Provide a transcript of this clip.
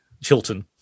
Chilton